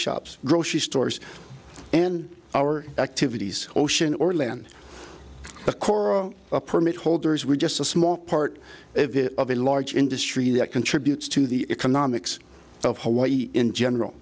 shops grocery stores and our activities ocean or land of coral permit holders we're just a small part of a large industry that contributes to the economics of hawaii in general